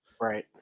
Right